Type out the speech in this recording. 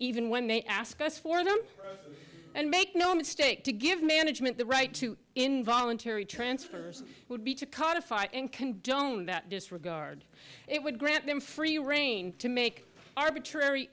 even when they ask us for them and make no mistake to give management the right to involuntary transfers would be to codified and condoned that disregard it would grant them free reign to make arbitrary